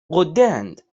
غدهاند